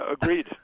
Agreed